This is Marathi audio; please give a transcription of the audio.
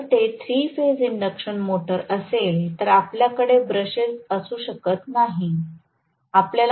जर ते थ्री फेज इंडक्शन मोटर असेल तर आपल्याकडे ब्रशेस असू शकत नाहीत